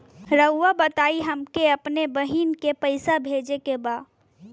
राउर बताई हमके अपने बहिन के पैसा भेजे के बा?